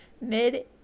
mid